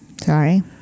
Sorry